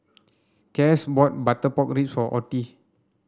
Cas bought butter pork so Ottie